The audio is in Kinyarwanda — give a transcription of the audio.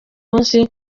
munsi